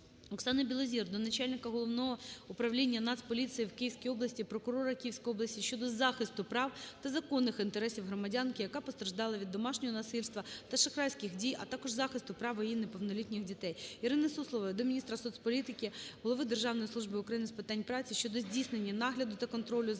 Оксани Білозір до начальника Головного управлінняНацполіції в Київській області, прокурора Київської області щодо захисту прав та законних інтересів громадянки, яка постраждала від домашнього насильства та шахрайських дій, а також захисту прав її неповнолітніх дітей. ІриниСуслової до міністра соцполітики, голови Державної служби України з питань праці щодо здійснення нагляду та контролю за